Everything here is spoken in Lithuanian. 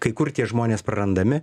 kur tie žmonės prarandami